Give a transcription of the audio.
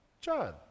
John